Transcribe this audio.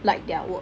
like their work